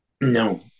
No